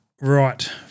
right